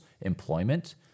employment